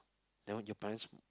that one your parents